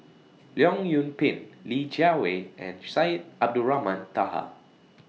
Leong Yoon Pin Li Jiawei and Syed Abdulrahman Taha